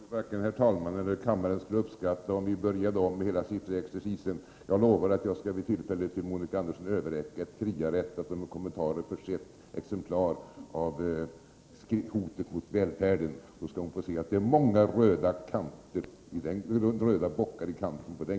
Herr talman! Jag tror att varken herr talmannen eller kammaren skulle uppskatta om vi började om hela sifferexercisen. Jag lovar att jag vid tillfälle till Monica Andersson skall överräcka ett kriarättat och med kommentarer försett exemplar av Hotet mot välfärden. Då skall hon få se att det är många röda bockar i kanten på den.